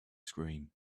scream